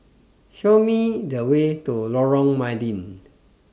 Show Me The Way to Lorong Mydin